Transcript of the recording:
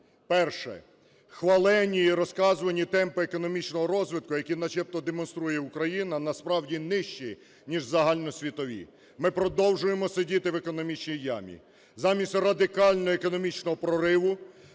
Перше. Хвалені і розказувані темпи економічного розвитку, які начебто демонструє Україна, насправді, нижчі, ніж загальносвітові. Ми продовжуємо сидіти в економічній ямі. Замість радикального економічного прориву